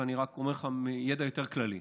ואני רק אומר לך מידע יותר כללי.